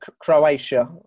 Croatia